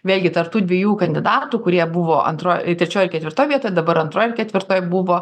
vėlgi tarp tų dviejų kandidatų kurie buvo antroj trečioj ir ketvirtoj vietoj dabar antroj ir ketvirtoj buvo